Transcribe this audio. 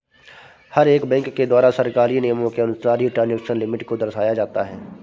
हर एक बैंक के द्वारा सरकारी नियमों के अनुसार ही ट्रांजेक्शन लिमिट को दर्शाया जाता है